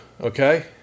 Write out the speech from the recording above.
okay